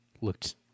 looked